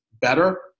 better